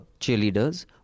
cheerleaders